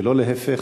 ולא להפך.